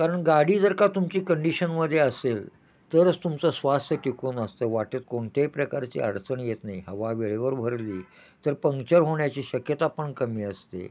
कारण गाडी जर का तुमची कंडिशनमध्ये असेल तरच तुमचं स्वास्थ्य टिकून असतं वाटेत कोणत्याही प्रकारची अडचण येत नाही हवा वेळेवर भरली तर पंक्चर होण्याची शक्यता पण कमी असते